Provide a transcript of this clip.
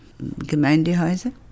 gemeindehäuser